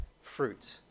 fruit